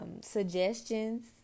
suggestions